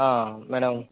madam